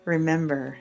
Remember